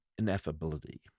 ineffability